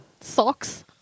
socks